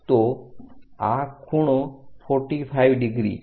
તો આ ખૂણો 45° છે